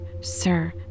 sir